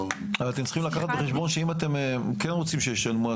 אבל אתם צריכים לקחת בחשבון שאם אתם רוצים שישלמו,